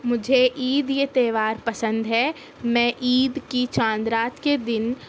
مجھے عید یہ تہوار پسند ہے میں عید کی چاند رات کے دِن